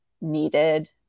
needed